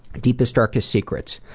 deepest, darkest secrets?